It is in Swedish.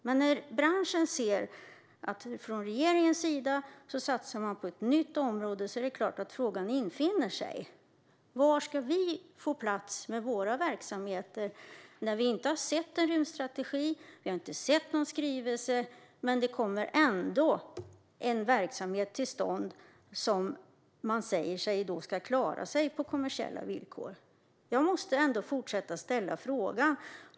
Men när branschen ser att man från regeringens sida satsar på ett nytt område är det klart att frågan infinner sig: Var ska vi få plats med våra verksamheter? Vi har inte sett en rymdstrategi, och vi har inte sett någon skrivelse - men det kommer ändå en verksamhet till stånd som man säger ska klara sig på kommersiella villkor. Jag måste ändå fortsätta ställa frågan.